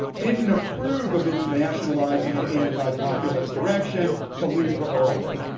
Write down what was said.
didn't approve of its nationalizing and antipopulist direction to leave early.